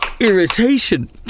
irritation